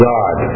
God